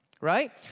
right